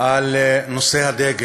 על נושא הדגל,